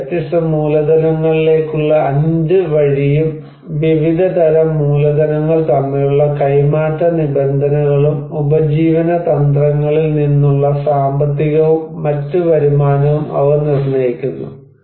5 വ്യത്യസ്ത മൂലധനങ്ങളിലേക്കുള്ള 5 വഴിയും വിവിധ തരം മൂലധനങ്ങൾ തമ്മിലുള്ള കൈമാറ്റ നിബന്ധനകളും ഉപജീവന തന്ത്രങ്ങളിൽ നിന്നുള്ള സാമ്പത്തികവും മറ്റ് വരുമാനവും അവ നിർണ്ണയിക്കുന്നു